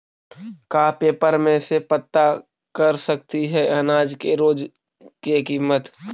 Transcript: का पेपर में से पता कर सकती है अनाज के रोज के किमत?